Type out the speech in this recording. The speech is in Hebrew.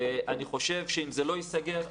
אני חושב שאם זה לא ייסגר,